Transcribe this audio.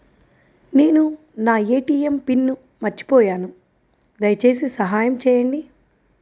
నేను నా ATM pin మర్చిపోయాను దయచేసి సహాయం చేయండి